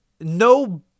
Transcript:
no